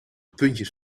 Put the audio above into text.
puntjes